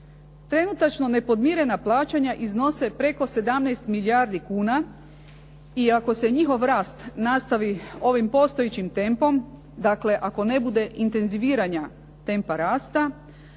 Trenutačno nepodmirena plaćanja iznose preko 17 milijardi kuna i ako se njihov rast nastavi ovim postojećim tempom, dakle, ako ne bude intenviziranja tempa rasta